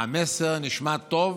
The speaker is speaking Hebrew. המסר נשמע טוב.